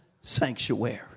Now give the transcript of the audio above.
sanctuary